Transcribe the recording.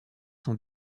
sont